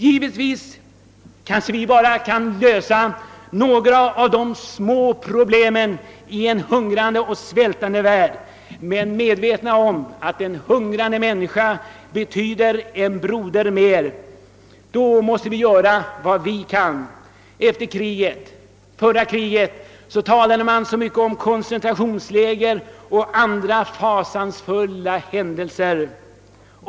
Givetvis kanske vi bara kan lösa något litet problem av de många i en hungrande och svältande värld, men medvetna om att en hungrande människa mindre betyder en broder mer, måste vi göra vad vi kan. Efter det senaste kriget talade man så mycket om koncentrationsläger och andra fasansfulla företeelser.